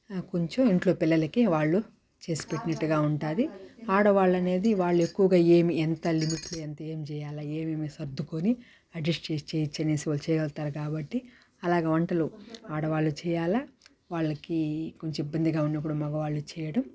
కొంచెం ఇంట్లో పిల్లలకి వాళ్ళు చేసిపెట్టినట్టు ఉంటుంది ఆడవాళ్లు అనేది వాళ్ళు ఎక్కువగా ఏమి ఎంత లిమిట్ ఎంత ఏమి చేయాలో ఏమేమి సర్ధుకొని అడ్జస్ట్ చేసి చేయచ్చనేసి వాళ్ళు చేయగలుతారు కాబట్టి అలాగ వంటలు ఆడవాళ్ళు చేయాల వాళ్ళకి కొంచెం ఇబ్బందిగా ఉన్నప్పుడు మగవాళ్ళు చేయడం